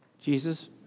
Jesus